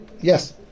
Yes